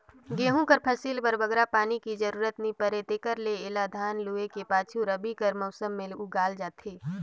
गहूँ कर फसिल बर बगरा पानी कर जरूरत नी परे तेकर ले एला धान लूए कर पाछू रबी कर मउसम में उगाल जाथे